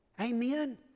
Amen